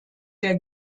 der